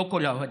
לא כל האוהדים,